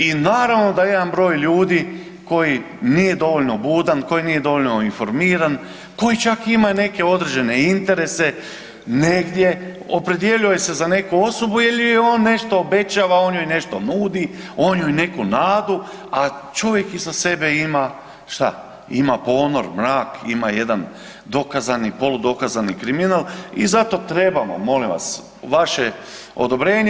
I naravno da jedan broj ljudi koji nije dovoljno budan, koji nije dovoljno informiran, koji čak ima i neke određene interese negdje opredijelio se je za neku osobu jel joj on nešto obećava, on joj nešto nudi, on joj neku nadu, a čovjek iza sebe ima šta, ima ponor, mrak, ima jedan dokazani, polu dokazani kriminal i zato trebamo molim vas vaše odobrenje.